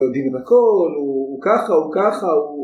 יודעים את הכל, הוא ככה, הוא ככה, הוא...